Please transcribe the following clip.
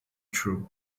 through